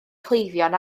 cleifion